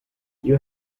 you